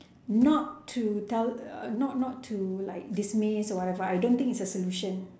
not to tell uh not not to like dismiss or whatever I don't think it's a solution